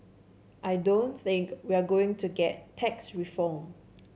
I don't think we're going to get tax reform